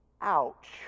Ouch